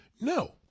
No